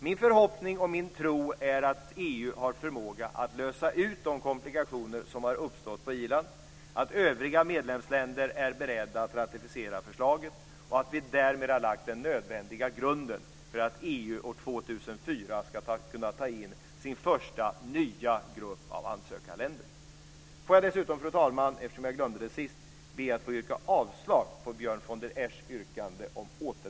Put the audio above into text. Min förhoppning och tro är att EU har förmåga att lösa ut de komplikationer som har uppstått på Irland, att övriga medlemsländer är beredda att ratificera förslaget och att vi därmed har lagt den nödvändiga grunden för att EU år 2004 ska kunna ta in sin första nya grupp av kandidatländer. Låt mig dessutom, fru talman, eftersom jag glömde det sist, be att få yrka avslag på Björn von der